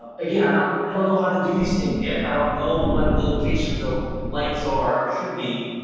yeah i don't know how to do these things yet. i don't know what the locations of lights are or should be.